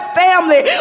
family